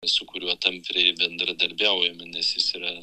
su kuriuo tampriai bendradarbiaujame nes jis yra